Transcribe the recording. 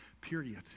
period